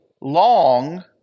long